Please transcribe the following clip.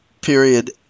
period